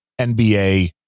NBA